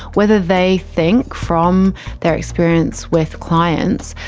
whether they think, from their experience with clients,